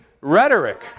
rhetoric